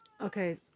Okay